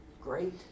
great